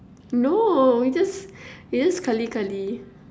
no we just we just cuddly cuddly